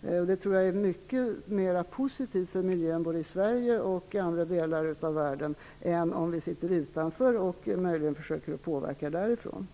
Jag tror att det är mycket mera positivt för miljön både i Sverige och i andra delar av världen än om vi sitter utanför och möjligen försöker påverka därifrån.